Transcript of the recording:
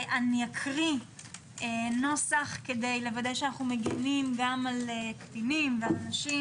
אקריא נוסח כדי לוודא שאנו מגנים גם על קטינים ועל נשים